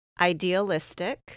idealistic